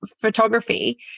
photography